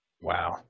Wow